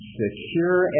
secure